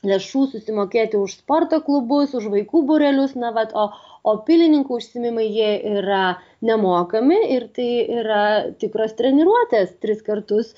lėšų susimokėti už sporto klubus už vaikų būrelius na vat o o pilininkų užsiėmimai jie yra nemokami ir tai yra tikros treniruotės tris kartus